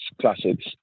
classics